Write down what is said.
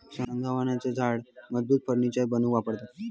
सागवानाचा झाड मजबूत फर्नीचर बनवूक वापरतत